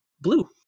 blue